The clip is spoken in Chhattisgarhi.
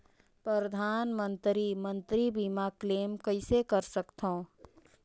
परधानमंतरी मंतरी बीमा क्लेम कइसे कर सकथव?